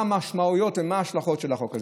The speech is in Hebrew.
מה המשמעויות ומה ההשלכות של החוק הזה.